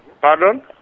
Pardon